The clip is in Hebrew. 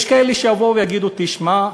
יש כאלה שיבואו ויגידו: תשמע,